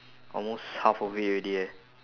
almost half of it already eh